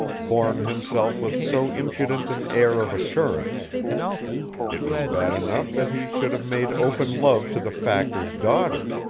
borne himself with so impudent an air of assurance it was bad enough that he should have made open love to the factor's daughter,